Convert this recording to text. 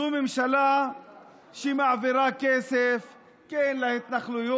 זו ממשלה שמעבירה כן כסף להתנחלויות,